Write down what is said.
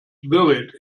buried